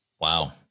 Wow